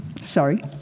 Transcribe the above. sorry